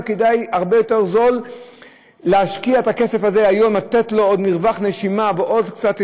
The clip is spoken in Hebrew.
והרבה יותר זול להשקיע את הכסף הזה היום ולתת מרווח נשימה ועוד קצת.